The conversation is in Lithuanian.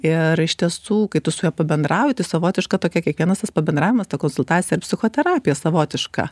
ir iš tiesų kai tu su juo pabendrauji tai savotiška tokia kiekvienas pabendravimasta konsultacija yra psichoterapija savotiška